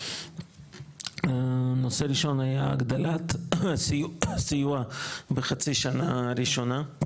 נושא ראשון היה הגדלת סיוע בחצי השנה הראשונה,